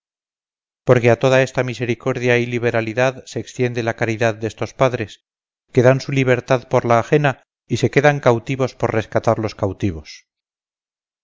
porque a toda esta misericordia y liberalidad se extiende la caridad destos padres que dan su libertad por la ajena y se quedan cautivos por rescatar los cautivos